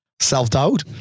Self-doubt